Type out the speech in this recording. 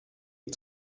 est